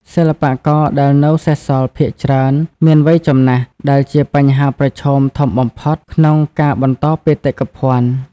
សិល្បករដែលនៅសេសសល់ភាគច្រើនមាន វ័យចំណាស់ ដែលជាបញ្ហាប្រឈមធំបំផុតក្នុងការបន្តបេតិកភណ្ឌ។